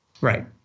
Right